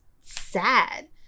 sad